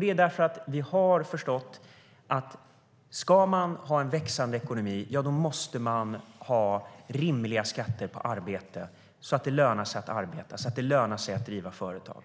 Det är för att vi har förstått att om man ska ha en växande ekonomi måste man ha rimliga skatter på arbete, så att det lönar sig att arbeta och så att det lönar sig att driva företag.